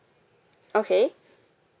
okay